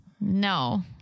No